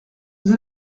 vous